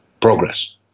progress